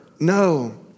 No